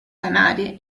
canarie